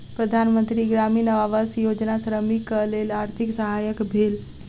प्रधान मंत्री ग्रामीण आवास योजना श्रमिकक लेल आर्थिक सहायक भेल